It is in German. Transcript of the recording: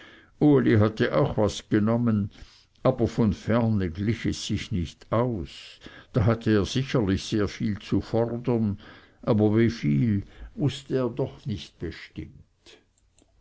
uli hatte auch was genommen aber von ferne glich es sich nicht aus da hatte er sicherlich sehr viel zu fordern aber wie viel wußte er doch nicht bestimmt